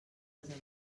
pesava